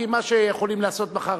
כי מה שיכולים לעשות מחר,